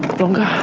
longer.